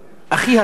הכי הרבה,